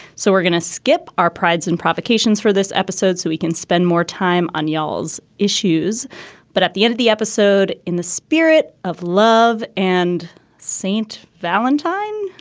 so we're going to skip our prides and provocations for this episode so we can spend more time on y'all's issues but at the end of the episode, in the spirit of love and saint valentine,